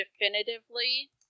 definitively